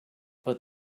but